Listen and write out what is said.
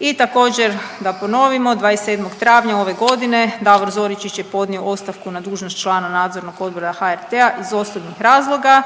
I također da ponovimo 27. travnja ove godine Davor Zoričić je podnio ostavku na dužnost člana Nadzornog odbora HRT-a iz osobnih razloga